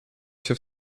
się